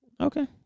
Okay